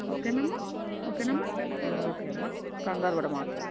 ఓకేనమ్మా ఓకేనమ్మా ఓకే అమ్మ కంగారుపడమాకు